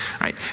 right